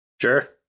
Sure